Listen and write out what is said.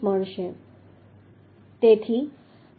19 મળશે